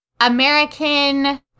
American